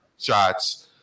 shots